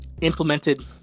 implemented